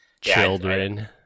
Children